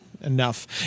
enough